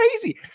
crazy